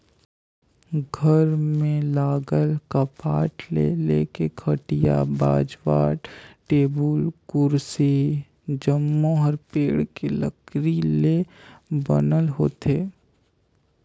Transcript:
घर में लगल कपाट ले लेके खटिया, बाजवट, टेबुल, कुरसी जम्मो हर पेड़ के लकरी ले बनल होथे